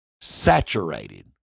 saturated